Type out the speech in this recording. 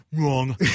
Wrong